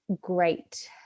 great